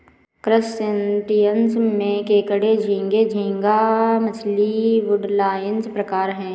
crustaceans में केकड़े झींगे, झींगा मछली, वुडलाइस प्रकार है